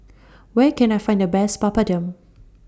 Where Can I Find The Best Papadum